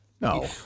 no